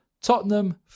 Tottenham